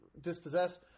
dispossessed